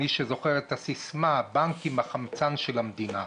מי שזוכר את הסיסמה: הבנקים הם החמצן של המדינה.